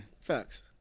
facts